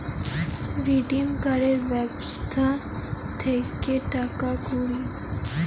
redeem ক্যরের ব্যবস্থা থাক্যে টাকা কুড়ি